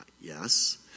Yes